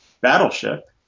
battleship